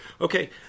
Okay